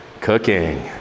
Cooking